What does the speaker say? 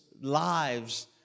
lives